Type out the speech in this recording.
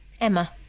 Emma